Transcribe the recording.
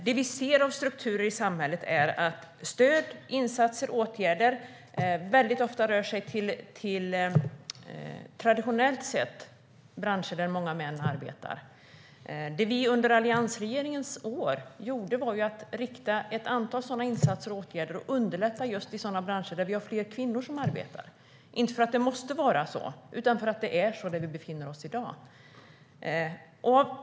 Det vi ser av strukturer i samhället är att stöd, insatser och åtgärder ofta rör sig mot branscher där traditionellt sett många män arbetar. Alliansregeringen riktade ett antal sådana insatser och åtgärder för att underlätta i branscher där fler kvinnor arbetar, inte för att det måste vara så utan för att det är där vi befinner oss i dag.